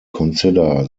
consider